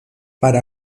para